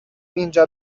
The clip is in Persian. اینجا